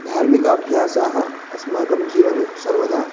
धार्मिक अभ्यासाः अस्माकं जीवने सर्वदा